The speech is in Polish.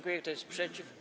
Kto jest przeciw?